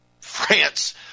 France